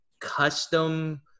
custom